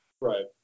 Right